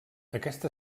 aquesta